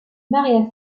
maria